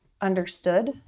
understood